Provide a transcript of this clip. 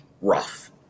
rough